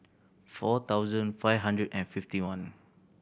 four thousand five hundred and fifty one